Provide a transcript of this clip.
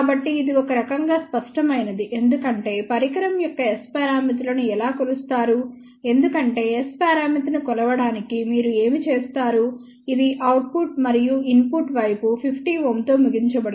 కాబట్టి ఇది ఒక రకంగా స్పష్టమైనది ఎందుకంటే పరికరం యొక్క S పారామితులను ఎలా కొలుస్తారు ఎందుకంటే S పరామితిని కొలవడానికి మీరు ఏమి చేస్తారు ఇది అవుట్పుట్ మరియు ఇన్పుట్ వైపు 50 Ω తో ముగించబడినది